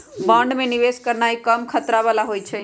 bond में निवेश करनाइ कम खतरा बला होइ छइ